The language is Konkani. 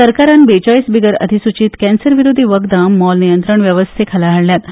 सरकारान बेचाळीस बिगर अधिसूचीत कांक्र विरोधी वखदां मोल नियंत्रण वेवस्थे खाला हाडल्यात